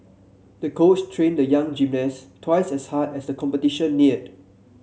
the coach trained the young gymnast twice as hard as the competition neared